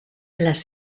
les